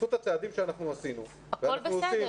בזכות הצעדים שאנחנו עשינו ואנחנו עושים,